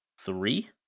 three